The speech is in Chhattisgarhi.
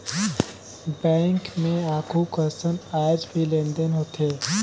बैंक मे आघु कसन आयज भी लेन देन होथे